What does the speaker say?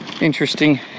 interesting